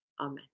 Amen